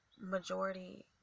majority